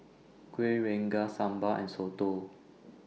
Kuih Rengas Sambal and Soto